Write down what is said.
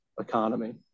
economy